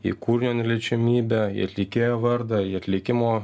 į kūrinio neliečiamybę į atlikėjo vardą į atlikimo